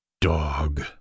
Dog